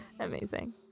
Amazing